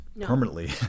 permanently